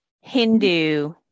Hindu